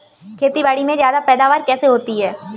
खेतीबाड़ी में ज्यादा पैदावार कैसे होती है?